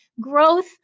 growth